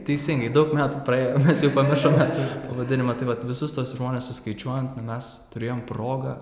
teisingai daug metų praėjo mes jau pamiršome pavadinimą tai vat visus tuos žmones suskaičiuojant na mes turėjom progą